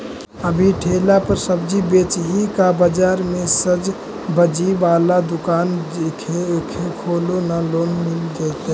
अभी ठेला पर सब्जी बेच ही का बाजार में ज्सबजी बाला दुकान खोले ल लोन मिल जईतै?